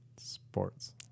Sports